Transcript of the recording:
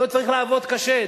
לא צריך לעבוד קשה,